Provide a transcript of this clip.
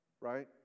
Right